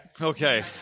Okay